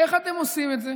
איך אתם עושים את זה